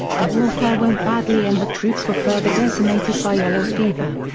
the warfare went badly and the troops were further decimated by yellow fever.